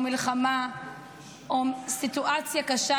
מלחמה או סיטואציה קשה,